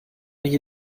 hier